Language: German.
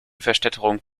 verstädterung